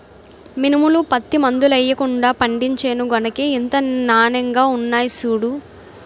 మినుములు, పత్తి మందులెయ్యకుండా పండించేను గనకే ఇంత నానెంగా ఉన్నాయ్ సూడూ